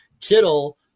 Kittle